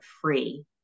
free